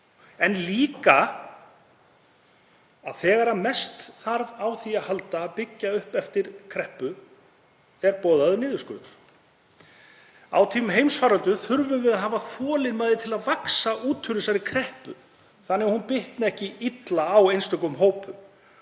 en líka að þegar mest þarf á að halda að byggja upp eftir kreppu er boðaður niðurskurður. Á tímum heimsfaraldurs þurfum við að hafa þolinmæði til að vaxa út úr þessari kreppu þannig að hún bitni ekki illa á einstökum hópum.